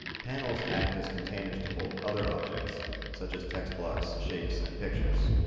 panels act as containers to hold other objects such as textblocks shapes, and pictures.